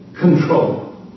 Control